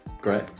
Great